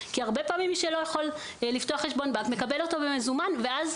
כי הרבה פעמים מי שלא יכול לפתוח חשבון בנק מקבל אותו במזומן ואז